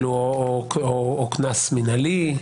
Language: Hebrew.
או קנס מינהלי?